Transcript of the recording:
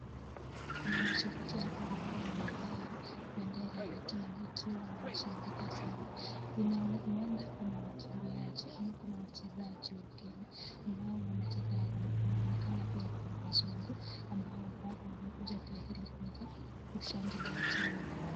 Kuna mashabiki hapa wamevaa bendera ya Kenya wakiwa wanashangilia sana, huenda kuna wakimbiliaji, na wachezaji wa Kenya ambao wanacheza inaonekana pia kuna wazungu, ambao wamekuja pia kushangilia timu yao.